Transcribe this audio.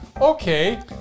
okay